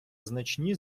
значні